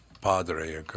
Padre